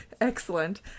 Excellent